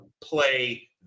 play